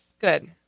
Good